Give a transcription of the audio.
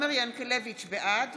בעד